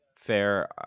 fair